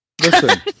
Listen